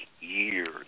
years